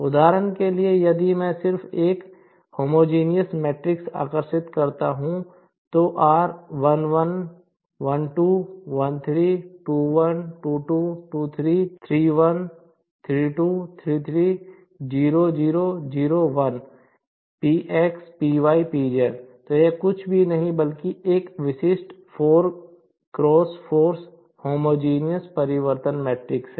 उदाहरण के लिए यदि मैं सिर्फ एक सजातीय परिवर्तन मैट्रिक्स है